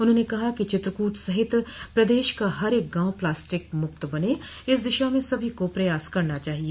उन्होंने कहा कि चित्रकूट सहित प्रदेश का हर एक गांव प्लास्टिक मुक्त बने इस दिशा में सभी को प्रयास करना चाहिए